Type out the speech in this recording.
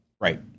Right